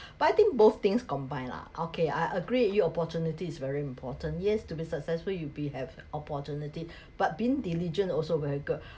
but I think both things combined lah okay I agree with you opportunity is very important yes to be successful you be have opportunity but been diligent also very good